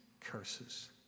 curses